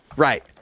Right